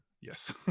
yes